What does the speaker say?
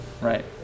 Right